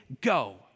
go